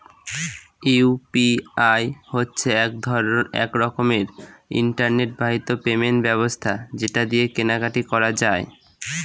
UPI হচ্ছে এক রকমের ইন্টারনেট বাহিত পেমেন্ট ব্যবস্থা যেটা দিয়ে কেনা কাটি করা যায়